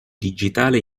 digitale